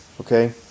Okay